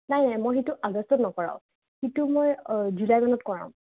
নাই নাই মই সেইটো আগষ্টত নকৰাওঁ সেইটো মই জুলাইমানত কৰাম